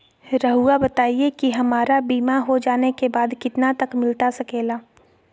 रहुआ बताइए कि हमारा बीमा हो जाने के बाद कितना तक मिलता सके ला?